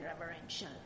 reverential